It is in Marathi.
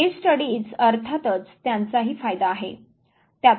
केस स्टडीज अर्थातच त्यांचाही फायदा आहे